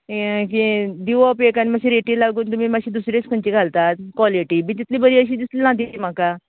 यें जें दिवप एक आनी मात्शें रेटीक लागून तुमी मात्शे दुसरेच खंयचे घालता काॅलेटी बी तितली बरी अशीं दिसली ना ती म्हाका